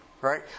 right